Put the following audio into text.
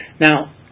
Now